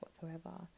whatsoever